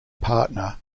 partner